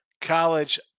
College